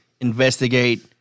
investigate